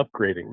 upgrading